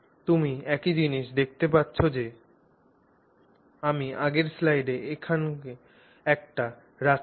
তুমি একই জিনিস দেখতে পাচ্ছ যে আমি আগের স্লাইডে এখনকার এটা রাখছি